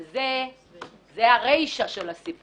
אבל זה הרישה של הסיפור.